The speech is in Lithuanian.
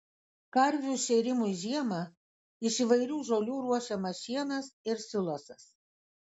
karvių šėrimui žiemą iš įvairių žolių ruošiamas šienas ir silosas